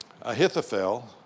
Ahithophel